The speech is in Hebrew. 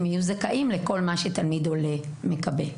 שהם יהיו זכאים לכל מה שתלמיד עולה מקבל.